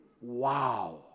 wow